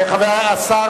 אבל הכנסת משחררת.